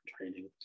training